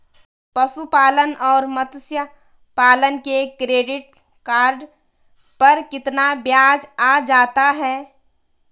पशुपालन और मत्स्य पालन के क्रेडिट कार्ड पर कितना ब्याज आ जाता है?